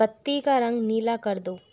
बत्ती का रंग नीला कर दो